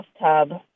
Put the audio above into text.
bathtub